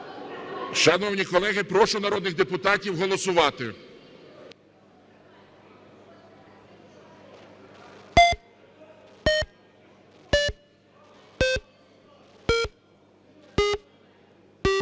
Шановні колеги, прошу народних депутатів голосувати.